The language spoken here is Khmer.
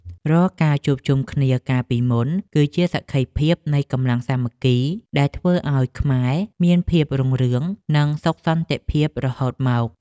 រាល់ការជួបជុំគ្នាកាលពីមុន គឺជាសក្ខីភាពនៃកម្លាំងសាមគ្គីដែលធ្វើឱ្យខ្មែរមានភាពរុងរឿងនិងសុខសន្តិភាពរហូតមក។